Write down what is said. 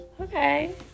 okay